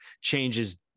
changes